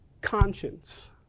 conscience